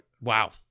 Wow